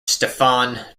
stefan